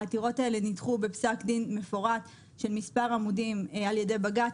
העתירות האלה נדחו בפסק דין מפורט של מספר עמודים על ידי בג"ץ